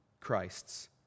Christ's